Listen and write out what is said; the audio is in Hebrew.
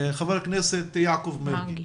ח"כ יעקב מרגי,